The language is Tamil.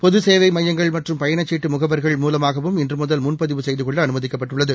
பொதுசேவை மையங்கள் மற்றும் பயணச்சீட்டு முகவர்கள் மூலமாகவும் இன்று முதல் முன்பதிவு செய்து கொள்ள அனுமதிக்கப்பட்டுள்ளது